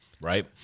right